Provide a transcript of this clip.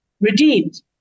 redeemed